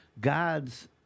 God's